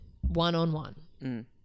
one-on-one